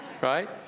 right